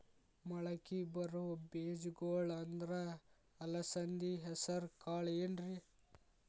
ಮಳಕಿ ಬರೋ ಬೇಜಗೊಳ್ ಅಂದ್ರ ಅಲಸಂಧಿ, ಹೆಸರ್ ಕಾಳ್ ಏನ್ರಿ?